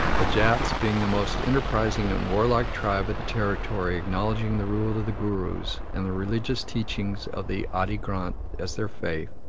the jats, being the most enterprising and warlike tribe of the territory acknowledging the rule of the gurus and the religious teachings of the adi granth as their faith,